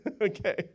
Okay